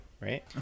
right